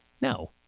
No